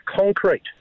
concrete